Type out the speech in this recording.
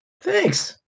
Thanks